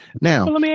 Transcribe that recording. Now